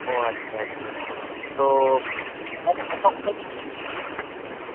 ওহ আচ্ছা আচ্ছা তো তাও কতক্ষণ লাগবে ওখান থেকে মন্দির যেতে